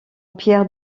pierre